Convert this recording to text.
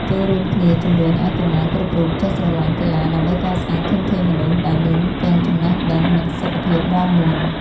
ចូររួមគ្នាជំរុញឱ្យកុមារគ្រប់រូបចេះស្រឡាញ់កីឡាដើម្បីកសាងធនធានមនុស្សដែលមានទាំងចំណេះដឹងនិងសុខភាពមាំមួន។